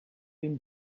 been